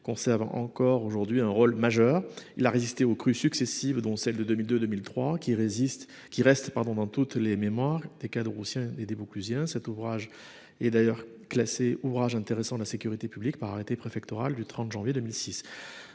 conserve encore aujourd'hui un rôle majeur. Il a résisté aux crues successives, dont celles de 2002 et 2003, qui restent dans toutes les mémoires des Caderoussiens et, plus largement, des Vauclusiens. Il est d'ailleurs classé « ouvrage intéressant la sécurité publique » par arrêté préfectoral en date du 30 janvier 2006.